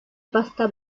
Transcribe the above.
pasta